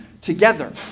together